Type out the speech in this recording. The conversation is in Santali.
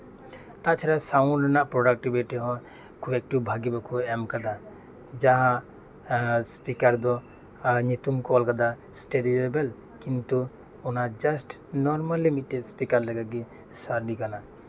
ᱛᱟᱪᱷᱟᱲᱟ ᱥᱟᱩᱱᱰ ᱨᱮᱭᱟᱜ ᱯᱨᱚᱵᱟᱠᱴᱤᱵᱷᱤᱴᱤ ᱦᱚᱸ ᱠᱷᱩᱵ ᱮᱠᱴᱟ ᱵᱷᱟᱹᱜᱤ ᱵᱟᱠᱚ ᱮᱢ ᱟᱠᱟᱫᱟ ᱡᱟᱦᱟ ᱤᱥᱯᱤᱠᱟᱨ ᱫᱚ ᱧᱩᱛᱩᱢ ᱠᱚ ᱚᱞ ᱟᱠᱟᱫᱟ ᱮᱥᱴᱮᱰᱤ ᱞᱮᱵᱮᱞ ᱠᱤᱱᱛᱩ ᱚᱱᱟ ᱡᱟᱥᱴ ᱱᱚᱨᱢᱟᱞᱤ ᱢᱤᱫᱴᱮᱱ ᱮᱥᱯᱤᱠᱟᱨ ᱞᱮᱠᱟᱜᱮ ᱥᱟᱰᱮ ᱠᱟᱱᱟ